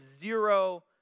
zero